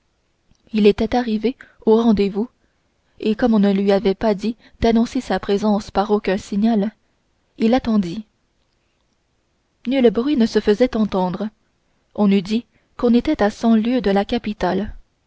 il était arrivé au rendez-vous et comme on ne lui avait pas dit d'annoncer sa présence par aucun signal il attendit nul bruit ne se faisait entendre on eût dit qu'on était à cent lieues de la capitale